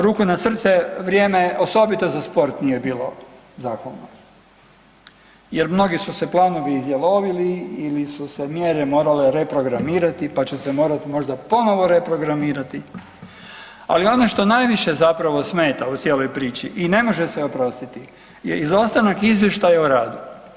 Ruku na srce vrijeme osobito za sport nije bilo …/nerazumljivo/… jer mnogi su se planovi izjalovili ili su se mjere morale reprogramirati pa će se morati možda ponovo reprogramirati, ali ono što najviše zapravo smeta u cijeloj priči i ne može se oprostiti je izostanak izvještaja o radu.